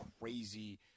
crazy